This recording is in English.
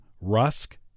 Rusk